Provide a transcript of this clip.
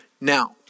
Now